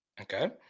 Okay